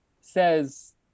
says